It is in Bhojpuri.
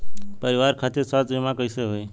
परिवार खातिर स्वास्थ्य बीमा कैसे होई?